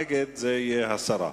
נגד, הסרה.